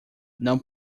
não